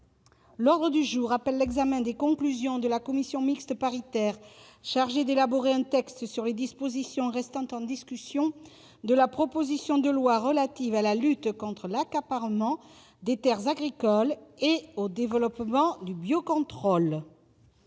L'ordre du jour appelle l'examen des conclusions de la commission mixte paritaire chargée d'élaborer un texte sur les dispositions restant en discussion de la proposition de loi relative à la lutte contre l'accaparement des terres agricoles et au développement du biocontrôle